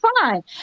fine